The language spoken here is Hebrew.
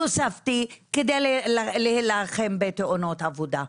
תוספתי כדי להילחם בתאונות עבודה.